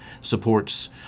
supports